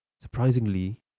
Surprisingly